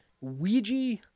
Ouija